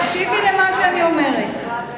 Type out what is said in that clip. תקשיבי למה שאני אומרת.